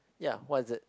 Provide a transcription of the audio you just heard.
ya what is it